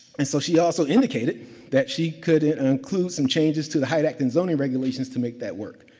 and so, she also indicated that she could include some changes to the height act and zoning regulations to make that work.